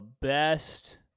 best